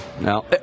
Now